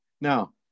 Now